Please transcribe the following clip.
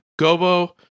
Gobo